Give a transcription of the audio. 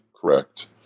correct